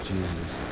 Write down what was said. Jesus